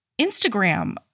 Instagram